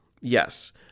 yes